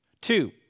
Two